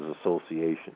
association